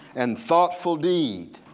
and thoughtful deed,